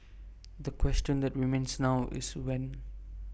the question that remains now is when